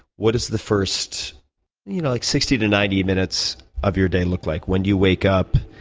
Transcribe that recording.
what does the first you know like sixty to ninety minutes of your day look like? when do you wake up?